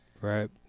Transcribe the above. Right